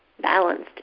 balanced